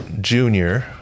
Junior